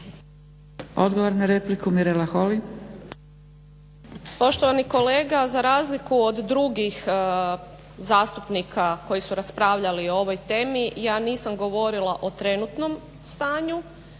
Odgovor na repliku, Mirela Holy.